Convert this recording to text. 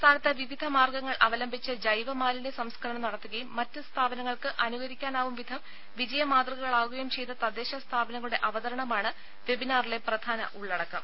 സംസ്ഥാനത്ത് വിവിധ മാർഗ്ഗങ്ങൾ അവലംബിച്ച് ജൈവമാലിന്യ സംസ്കരണം നടത്തുകയും മറ്റ് സ്ഥാപനങ്ങൾക്ക് അനുകരിക്കാനാവും വിധം വിജയ മാതൃകകളാവുകയും ചെയ്ത തദ്ദേശ സ്ഥാപനങ്ങളുടെ അവതരണമാണ് വെബിനാറിലെ പ്രധാന ഉള്ളടക്കം